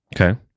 Okay